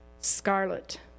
scarlet